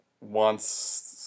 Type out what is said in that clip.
wants